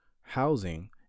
housing